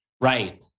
Right